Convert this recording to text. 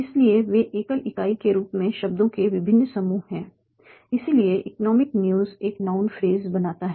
इसलिए वे एकल इकाई के रूप में शब्दों के विभिन्न समूह हैं इसलिए इकनोमिक न्यूज़ एक नाउन फ्रेज बनाता है